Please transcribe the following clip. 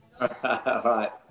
Right